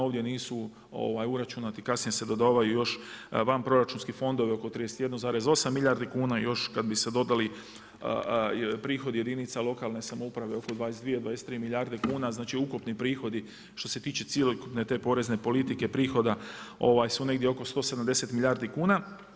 Ovdje nisu uračunati kasnije se dodavaju još vanproračunski fondovi oko 31,8 milijardi kuna još kada bi se dodali prihodi jedinica lokalne samouprave oko 22, 23 milijarde kuna, znači ukupni prihodi što se tiče cjelokupne porezne politike prihoda su negdje oko 170 milijardi kuna.